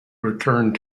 returned